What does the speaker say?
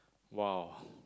!wow!